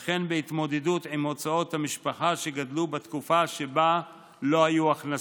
וכן בהתמודדות עם הוצאות המשפחה שגדלו בתקופה שבה לא היו הכנסות.